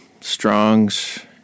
Strong's